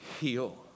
heal